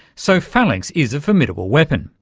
so phalanx is a formidable weapon,